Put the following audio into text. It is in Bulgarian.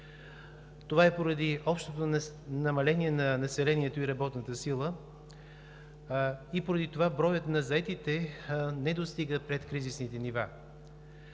Това е поради общото намаление на населението и работната сила и поради това броят на заетите не достига предкризисните нива.